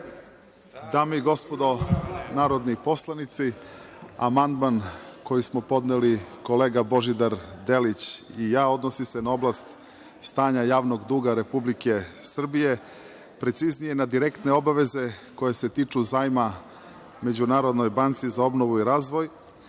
Dame i gospodo narodni poslanici, amandman koji smo podneli kolega Božidar Delić i ja odnosi se na oblast stanja javnog duga Republike Srbije, preciznije na direktne obaveze koje se tiču zajma Međunarodnoj banci za obnovu i razvoj.